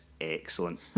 excellent